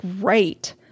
great